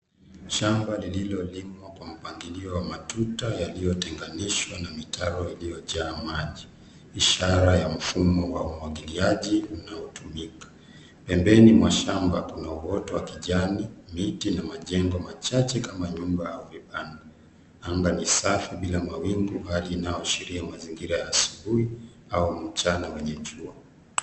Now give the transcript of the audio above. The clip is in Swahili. Shamba lililolimwa kwa mpangilio wa matuta yaliyotenganishwa na mitaro iliyojaa maji, ishara ya mfumo wa umwagiliaji unaotumika. Pembeni mwa shamba kuna uwoto wa kijani, miti na majengo machache kama nyumba au vibanda. Anga ni safi bila mawingu hali inayoashiria mazingira ya asubuhi au mchana wenye jua.